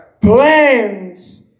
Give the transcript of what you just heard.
plans